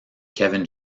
kevin